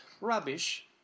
Rubbish